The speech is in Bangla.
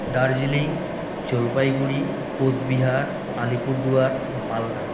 দার্জিলিং জলপাইগুড়ি কোচবিহার আলিপুরদুয়ার মালদা